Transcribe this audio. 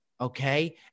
Okay